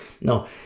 No